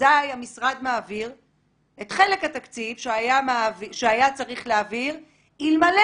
אזי המשרד מעביר את חלק התקציב שהיה צריך להעביר אלמלא